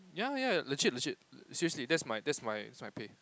ya ya legit legit seriously that's my that's my that's my pay